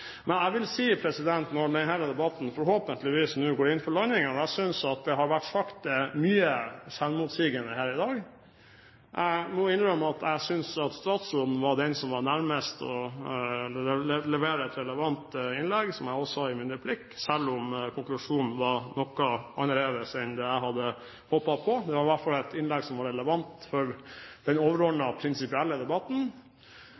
Men når denne debatten forhåpentligvis nå går inn for landing, vil jeg si at jeg synes det har vært sagt mye selvmotsigende her i dag. Jeg må innrømme at jeg synes at statsråden var den som var nærmest til å levere et relevant innlegg, som jeg også sa i min replikk, selv om konklusjonen var noe annerledes enn det jeg hadde håpet på. Det var i hvert fall et innlegg som var relevant for den